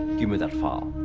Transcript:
give me that file.